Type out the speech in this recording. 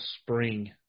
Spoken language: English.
spring